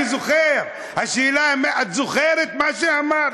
אני זוכר, השאלה אם את זוכרת מה שאמרת?